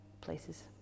places